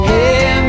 Hey